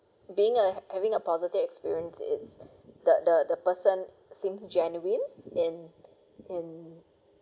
being a having a positive experience is the the the person seems genuine then in